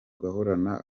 guhorana